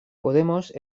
podemos